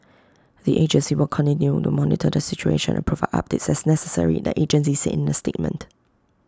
the agency will continue to monitor the situation and provide updates as necessary the agency said in A statement